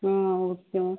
ம் okay ma'am